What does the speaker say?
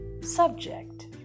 subject